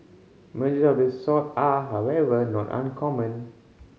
merger of this sort are however not uncommon